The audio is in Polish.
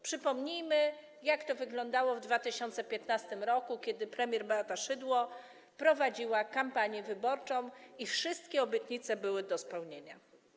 Przypomnijmy, jak to wyglądało w 2015 r., kiedy premier Beata Szydło prowadziła kampanię wyborczą i wszystkie obietnice były do spełnienia.